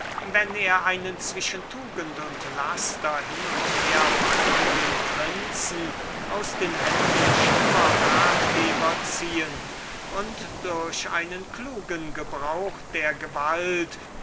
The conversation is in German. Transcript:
wenn er einen zwischen tugend und laster hin und her wankenden prinzen aus den händen schlimmer ratgeber ziehen durch einen klugen gebrauch der gewalt